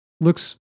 looks